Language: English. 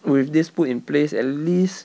with this put in place at least